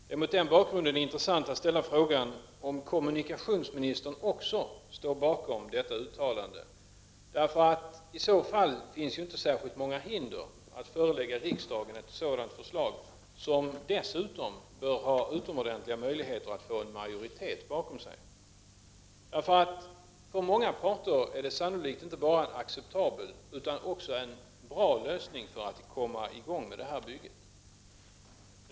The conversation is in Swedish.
Det är mot den bakgrunden intressant att ställa frågan om kommunikationsministern också står bakom detta uttalande: I så fall finns inte särskilt många hinder mot att förelägga riksdagen ett sådant förslag, som dessutom bör ha stora möjligheter att få en majoritet bakom sig. För många parter är det sannolikt inte bara acceptabelt, utan också en bra lösning, för att komma i gång med det här bygget.